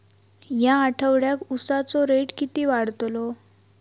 या आठवड्याक उसाचो रेट किती वाढतलो?